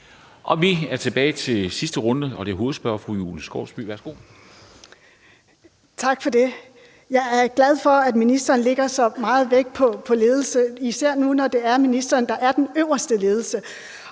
Vi er tilbage med sidste runde til hovedspørgeren. Fru Julie Skovsby, værsgo. Kl. 17:45 Julie Skovsby (S): Tak for det. Jeg er glad for, at ministeren lægger så meget vægt på ledelse, især nu, hvor det er ministeren, der er den øverste ledelse,